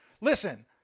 Listen